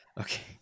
Okay